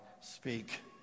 Speak